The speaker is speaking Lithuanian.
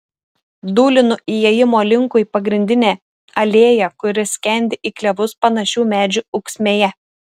dūlinu įėjimo linkui pagrindine alėja kuri skendi į klevus panašių medžių ūksmėje